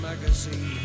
magazine